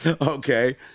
Okay